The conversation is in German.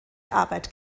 arbeit